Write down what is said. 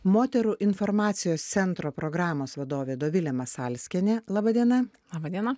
moterų informacijos centro programos vadovė dovilė masalskienė laba diena laba diena